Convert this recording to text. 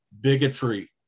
bigotry